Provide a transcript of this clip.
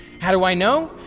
how do i know?